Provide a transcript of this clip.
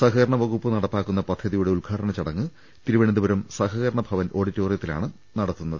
സഹകരണ വകുപ്പ് നടപ്പാക്കുന്ന പദ്ധതിയുടെ ഉദ്ഘാടന ചടങ്ങ് തിരുവനന്തപുരം സഹകരണ ഭവൻ ഓഡിറ്റോറിയത്തിലാണ് നടത്തുന്നത്